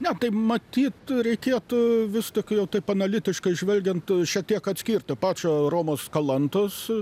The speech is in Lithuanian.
ne tai matyt reikėtų vis tik jau taip analitiškai žvelgiant šiek tiek atskirti pačio romos kalantos